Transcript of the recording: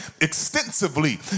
extensively